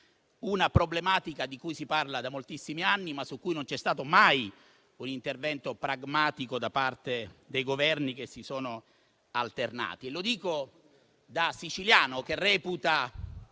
questa problematica si parla da moltissimi anni, ma al riguardo non c'è stato mai un intervento pragmatico da parte dei Governi che si sono alternati. Lo dico da siciliano che reputa